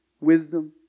wisdom